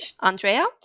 Andrea